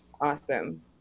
Awesome